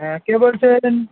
হ্যাঁ কে বলছেন